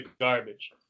garbage